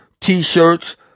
t-shirts